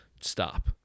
stop